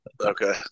Okay